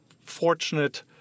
fortunate